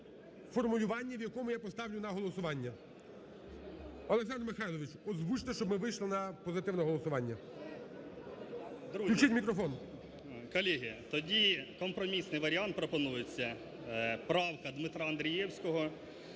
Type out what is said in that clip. Колеги, тоді компромісний варіант пропонується. Правка Дмитра Андрієвського